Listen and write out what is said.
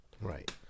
Right